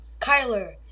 Kyler